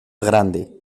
grande